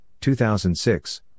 2006